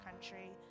country